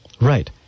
Right